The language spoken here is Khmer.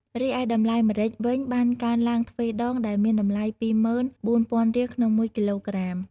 រីឯតម្លៃម្រេចវិញបានកើនឡើងទ្វេដងដែលមានតម្លៃ ២ ម៉ឺន ៤ ពាន់រៀលក្នុងមួយគីឡូក្រាម។